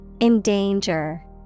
Endanger